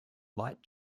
light